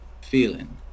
feeling